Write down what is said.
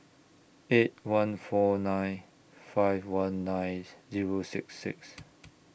eight one four nine five one nine Zero six six